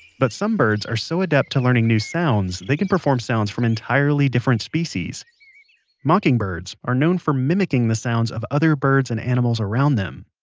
but some birds are so adept to learning new sounds, they can perform sounds from entirely different species mockingbirds are known for mimicking the sounds of other birds and animals around them.